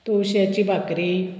तुळश्याची भाकरी